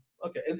Okay